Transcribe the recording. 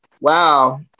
wow